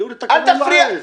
להוריד את הקרניים מהעז.